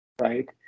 right